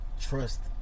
trust